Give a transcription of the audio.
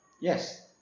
Yes